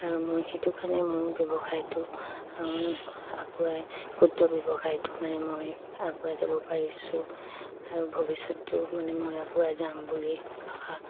আৰু মই সেইটো কাৰণে মোৰ ব্যৱসায়টো আগুৱাই ক্ষুদ্ৰ ব্যৱসায়টো মানে মই আগুৱাই যাব পাৰিছোঁ আৰু ভৱিষ্যতেও মানে মই আগুৱাই যাম বুলি আশা